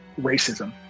racism